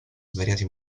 svariati